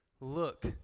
Look